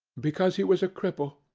because he was a cripple,